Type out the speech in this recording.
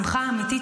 שמחה אמיתית,